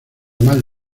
mal